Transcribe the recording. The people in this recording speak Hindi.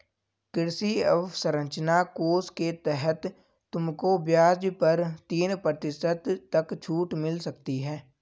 कृषि अवसरंचना कोष के तहत तुमको ब्याज पर तीन प्रतिशत तक छूट मिल सकती है